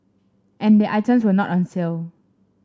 and the items were not on sale